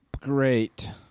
Great